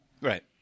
Right